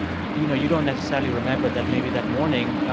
you you know, you don't necessarily remember that maybe that morning